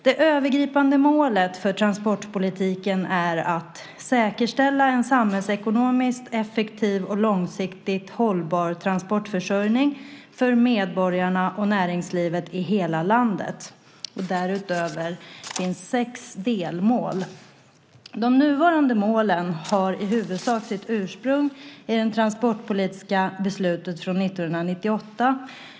Det övergripande målet för transportpolitiken är att säkerställa en samhällsekonomiskt effektiv och långsiktigt hållbar transportförsörjning för medborgarna och näringslivet i hela landet. Därutöver finns sex delmål. De nuvarande målen har i huvudsak sitt ursprung i det transportpolitiska beslutet från 1998.